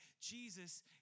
Jesus